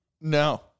No